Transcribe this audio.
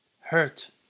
hurt